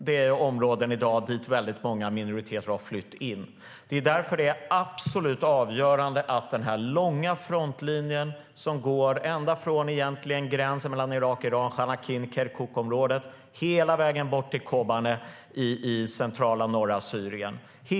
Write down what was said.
Det är i dag områden dit väldigt många minoriteter har flytt, och därför är det absolut avgörande att den långa frontlinjen som egentligen går ända från gränsen mellan Irak och Iran - Khanaqin-Kirkuk-området - hela vägen bort till Kobane i centrala norra Syrien upprätthålls.